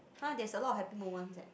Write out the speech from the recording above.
!huh! there is a lot of happy moments leh